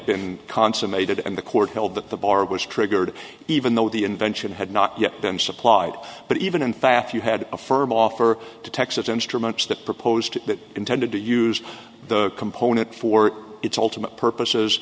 been consummated and the court held that the bar was triggered even though the invention had not yet been supplied but even in fact you had a firm offer to texas instruments that proposed that intended to use the component for its ultimate purposes